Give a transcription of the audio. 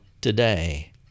today